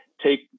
take